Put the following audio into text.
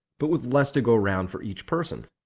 but with less to go around for each person.